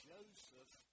Joseph